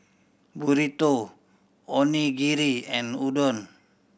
Burrito Onigiri and Udon